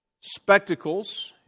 spectacles